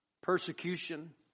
persecution